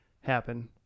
happen